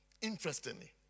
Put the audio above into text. Interestingly